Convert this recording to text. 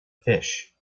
fish